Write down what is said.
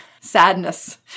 sadness